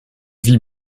vie